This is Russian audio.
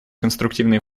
конструктивный